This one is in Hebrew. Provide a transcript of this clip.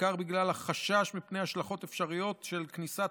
בעיקר בגלל החשש מפני ההשלכות האפשריות של כניסת